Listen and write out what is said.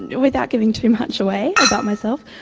without giving too much away about myself,